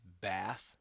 bath